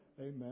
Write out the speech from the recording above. Amen